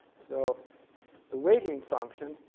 so the weighting function